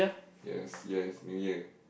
yes yes New Year